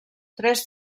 tres